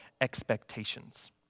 expectations